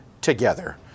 together